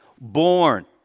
born